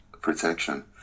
protection